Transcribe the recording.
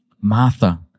Martha